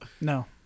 No